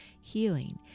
healing